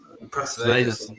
impressive